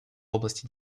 области